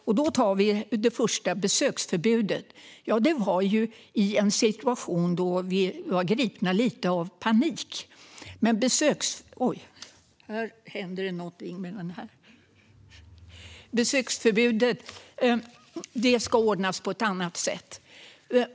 När det gäller besöksförbudet kom det i en situation då vi var lite grann gripna av panik. Men besöksförbudet ska ordnas på ett annat sätt.